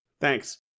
Thanks